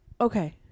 Okay